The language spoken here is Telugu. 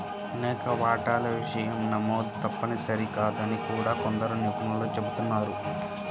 అనేక వాటాల విషయం నమోదు తప్పనిసరి కాదని కూడా కొందరు నిపుణులు చెబుతున్నారు